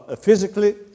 physically